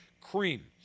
cream